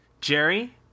Jerry